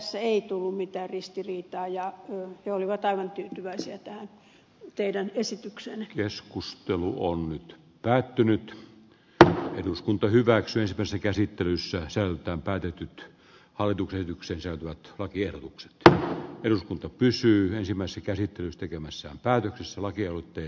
tässä ei tullut mitään ristiriitaa ja he olivat aivan tyytyväisiä tähän teidän esitykseennekeskustelu on nyt päättynyt että eduskunta hyväksyi ponsikäsittelyssä ja sen päätytyt hoidu kehityksen seudut lakiehdotukset pitää yllä kunto pysyy hän silmäsi käsitys tekemässä päätöksessä lakialoitteen